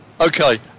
Okay